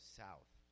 south